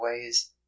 ways